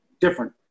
different